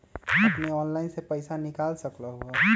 अपने ऑनलाइन से पईसा निकाल सकलहु ह?